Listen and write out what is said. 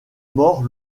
morts